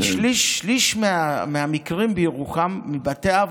שליש מהמקרים בירוחם, מבתי האב,